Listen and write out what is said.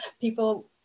people